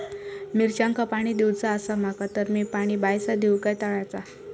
मिरचांका पाणी दिवचा आसा माका तर मी पाणी बायचा दिव काय तळ्याचा?